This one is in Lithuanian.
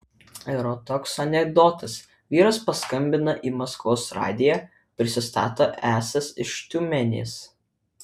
yra toks anekdotas vyras paskambina į maskvos radiją prisistato esąs iš tiumenės